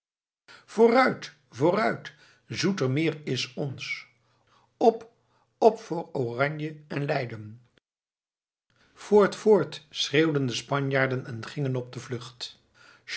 vooruit vooruit zoetermeer is ons op op voor oranje en leiden voort voort schreeuwden de spanjaarden en gingen op de vlucht